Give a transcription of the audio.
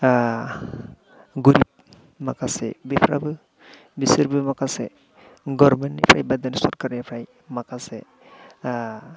गोरिब माखासे बेफ्राबो बिसोरहाबो गभारमेन्ट निफ्राय एबा सरकारनिफ्राय माखासे